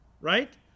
right